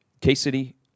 K-City